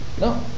No